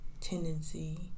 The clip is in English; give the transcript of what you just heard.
tendency